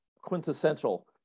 quintessential